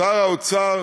שר האוצר